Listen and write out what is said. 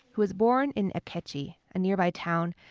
who was born in akechi, a nearby town,